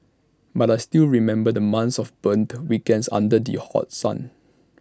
but I still remember the months of burnt weekends under the hot sun